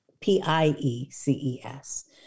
p-i-e-c-e-s